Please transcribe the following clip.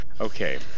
okay